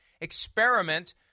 experiment